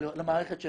למערכת של